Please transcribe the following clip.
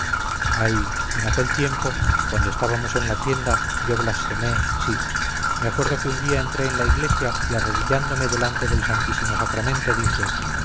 ay en aquel tiempo cuando estábamos en la tienda yo blasfemé sí me acuerdo que un día entré en la iglesia y arrodillándome delante del santísimo sacramento dije